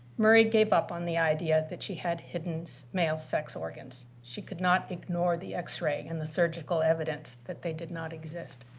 murray gave up on the idea that she had hidden male sex organs. she could not ignore the x-ray and the surgical evidence that they did not exist.